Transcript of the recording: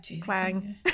clang